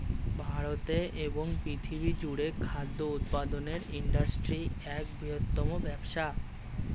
ভারতে এবং পৃথিবী জুড়ে খাদ্য উৎপাদনের ইন্ডাস্ট্রি এক বৃহত্তম ব্যবসা